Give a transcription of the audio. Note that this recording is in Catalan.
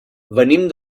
venim